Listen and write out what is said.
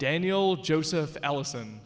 daniel joseph allison